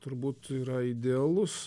turbūt yra idealus